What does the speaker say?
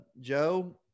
Joe